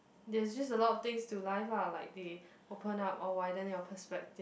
there's just a lot of thing to life lah like they open up or widen your perspective